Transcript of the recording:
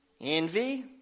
envy